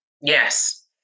Yes